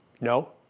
No